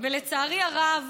ולצערי הרב,